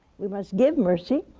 we must give mercy.